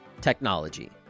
technology